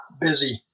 busy